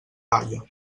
palla